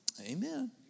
Amen